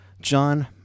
John